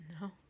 No